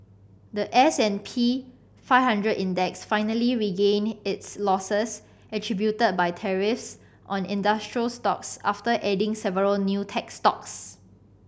the S and P five hundred Index finally regained its losses attributed by tariffs on industrial stocks after adding several new tech stocks